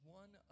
one